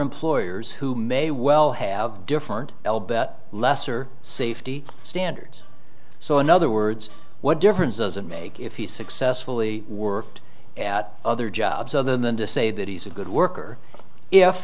employers who may well have different l bet lesser safety standards so in other words what difference does it make if he successfully worked at other jobs other than to say that he's a good worker if